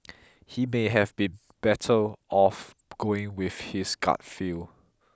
he may have been better off going with his gut feel